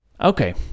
Okay